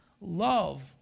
love